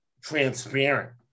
transparent